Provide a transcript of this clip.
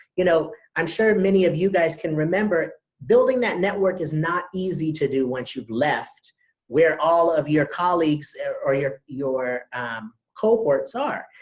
you know, i'm sure many of you guys can remember, building that network is not easy to do once you've left where all of your colleagues or your your cohorts are.